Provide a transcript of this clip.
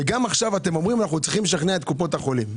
וגם עכשיו אתם אומרים: אנחנו צריכים לשכנע את קופות החולים.